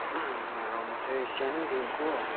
र म चाहिँ सानैदेखिको